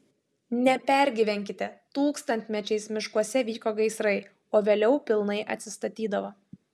nepergyvenkite tūkstantmečiais miškuose vyko gaisrai o vėliau pilnai atsistatydavo